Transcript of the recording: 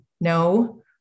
No